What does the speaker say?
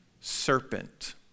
serpent